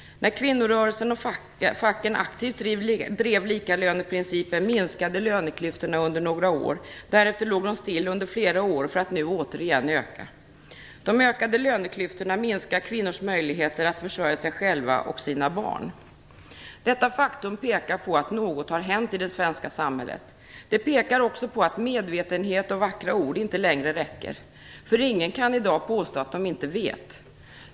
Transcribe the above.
När kvinnorörelsen och facken aktivt drev likalöneprincipen minskade löneklyftorna under några år. Därefter låg de still under flera år för att nu återigen öka. De ökade löneklyftorna minskar kvinnors möjlighet att försörja sig själva och sina barn. Detta faktum pekar på att något har hänt i det svenska samhället. Det pekar också på att medvetenhet och vackra ord inte längre räcker. Inga kan i dag påstå att de inte vet.